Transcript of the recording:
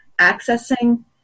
accessing